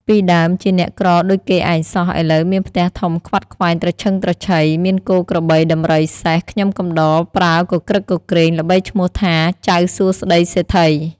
ពីដើម ជាអ្នកក្រដូចគេឯងសោះ ឥឡូវមានផ្ទះធំខ្វាត់ខ្វែងត្រឈឹងត្រឈៃ មានគោក្របី ដំរី សេះ ខ្ញុំកំដរប្រើគគ្រឹកគគ្រេង ល្បីឈ្មោះថា ចៅសួស្ដិ៍សេដ្ឋី។